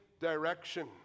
direction